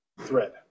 thread